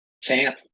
Champ